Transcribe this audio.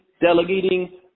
delegating